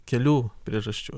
kelių priežasčių